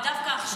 ודווקא עכשיו,